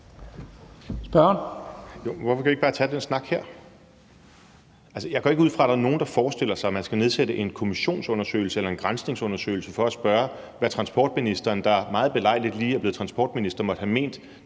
hvorfor kan vi ikke bare tage den snak her? Jeg går ikke ud fra, at der er nogen, der forestiller sig, at man skal iværksætte en kommissionsundersøgelse eller en granskningsundersøgelse for at spørge, hvad transportministeren, der meget belejligt lige er blevet transportminister, måtte have ment,